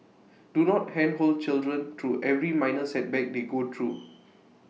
do not handhold children through every minor setback they go through